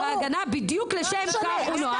בדיוק לשם כך צו ההגנה נועד,